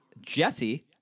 Jesse